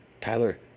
Tyler